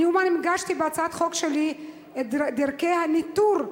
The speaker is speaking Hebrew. אני אומנם הגשתי בהצעת חוק שלי את דרכי הניטור,